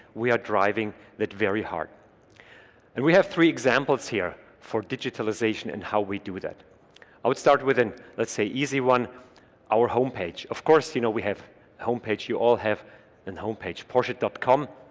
we are driving that very hard and we have three examples here for digitalization and how we do that i would start with in let's say easy one our home page of course you know we have home page you all have an home page porsche comm